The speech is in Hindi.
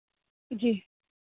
जी